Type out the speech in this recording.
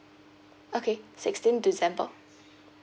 okay sixteen december